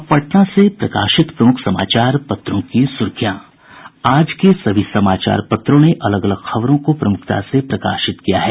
अब पटना से प्रकाशित प्रमुख समाचार पत्रों की सुर्खियां आज के सभी समाचार पत्रों ने अलग अलग खबरों को प्रमुखता से प्रकाशित किया है